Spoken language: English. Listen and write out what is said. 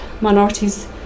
Minorities